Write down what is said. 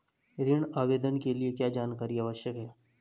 ऋण आवेदन के लिए क्या जानकारी आवश्यक है?